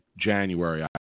January